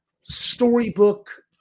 storybook